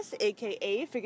aka